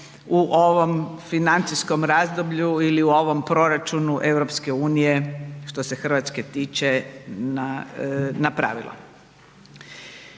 u ovom financijskom razdoblju ili u ovom proračunu EU što se Hrvatske tiče napravilo.